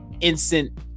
instant